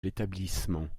l’établissement